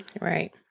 right